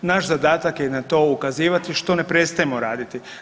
Naš zadatak je na to ukazivati, što ne prestajemo raditi.